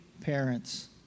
parents